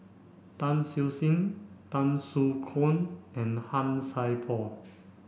Tan Siew Sin Tan Soo Khoon and Han Sai Por